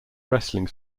wrestling